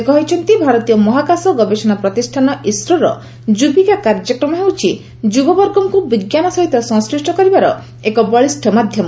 ସେ କହିଛନ୍ତି ଭାରତୀୟ ମହାକାଶ ଗବେଷଣା ପ୍ରତିଷ୍ଠାନ ଇସ୍ରୋର ଯୁବିକା କାର୍ଯ୍ୟକ୍ରମ ହେଉଛି ଯୁବବର୍ଗଙ୍କ ବିଜ୍ଞାନ ସହିତ ସଂଶୁିଷ୍ଟ କରିବାର ଏକ ବଳିଷ୍ପ ମାଧ୍ୟମ